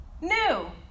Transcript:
new